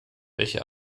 welche